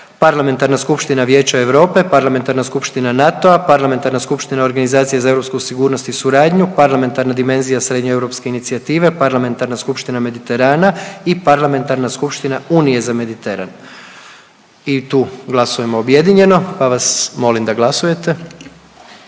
Parlamentarna skupština Vijeća Europe, Parlamentarna skupština NATO-a, Parlamentarna skupština Organizacije za europsku sigurnost i suradnju, Parlamentarna dimenzija Srednjoeuropske inicijative, Parlamentarna skupština Mediterana i Parlamentarna skupština Unije za Mediteran i tu glasujemo objedinjeno pa vas molim da glasujete.